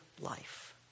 life